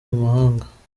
mahanga